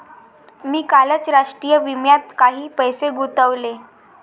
मी कालच राष्ट्रीय विम्यात काही पैसे गुंतवले